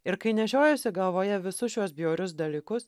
ir kai nešiojuosi galvoje visus šiuos bjaurius dalykus